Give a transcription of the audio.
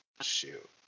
Shoot